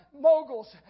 moguls